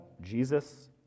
jesus